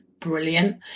brilliant